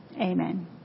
Amen